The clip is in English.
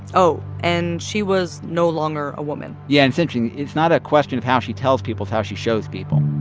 oh and she was no longer a woman yeah. it's interesting. it's not a question of how she tells people it's how she shows people